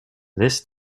this